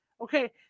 Okay